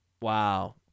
Wow